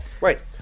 right